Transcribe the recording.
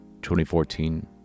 2014